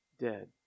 dead